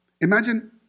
Imagine